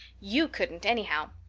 you couldn't, anyhow.